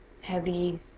heavy